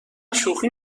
شوخی